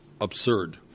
absurd